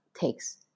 takes